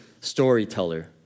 storyteller